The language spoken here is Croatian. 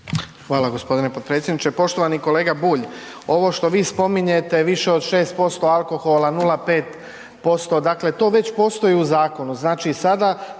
Hvala gospodine potpredsjedniče. Poštovani kolega Bulj. Ovo što vi spominjete više od 6% alkohola, 0,5% dakle to već postoji u zakonu,